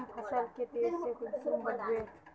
हम फसल के तेज से कुंसम बढ़बे?